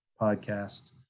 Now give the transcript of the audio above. podcast